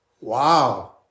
Wow